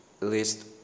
list